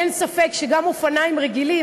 אין ספק שגם אופניים רגילים